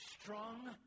strong